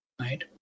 right